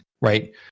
right